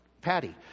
Patty